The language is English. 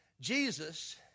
Jesus